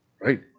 Right